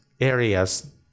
areas